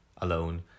alone